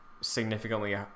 significantly